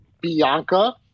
Bianca